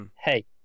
hey